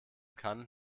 kann